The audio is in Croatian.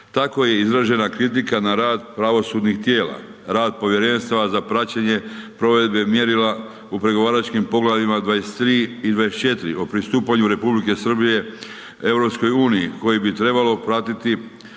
Tako je izražena kritika na rad pravosudnih tijela, rad Povjerenstva za praćenje provedbe mjerila u pregovaračkim poglavljima 23. i 24. o pristupanje Republike Srbije EU-i, koji bi trebalo pratiti surađuje